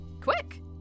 quick